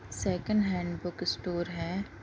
second hand book store ہے